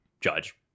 judge